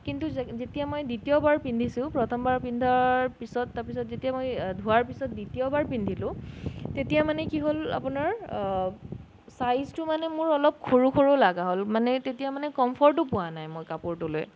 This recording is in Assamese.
কিন্তু যেতিয়া মই দ্বিতীয়বাৰ পিন্ধিছো প্ৰথমবাৰ পিন্ধাৰ পিছত তাৰ পিছত যেতিয়া মই ধোৱাৰ পিছত দ্বিতীয়বাৰ পিন্ধিলো তেতিয়া মানে কি হ'ল আপোনাৰ চাইজটো মানে মোৰ অলপ সৰু সৰু লগা হ'ল মানে তেতিয়া মানে কমফৰ্টো পোৱা নাই মোৰ কাপোৰটো লৈ